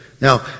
Now